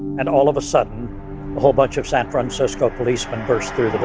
and all of a sudden, a whole bunch of san francisco policemen burst through the